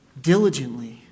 diligently